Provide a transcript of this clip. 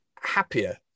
happier